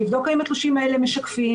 שיבדוק האם התלושים האלה משקפים